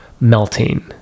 melting